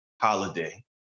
holiday